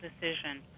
decision